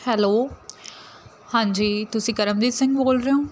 hello ਹਾਂਜੀ ਤੁਸੀਂ ਕਰਮਜੀਤ ਸਿੰਘ ਬੋਲ ਰਹੇ ਹੋ